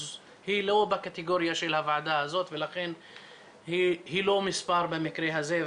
היא לא בקטגוריה של הוועדה הזאת ולכן היא לא מספר במקרה הזה,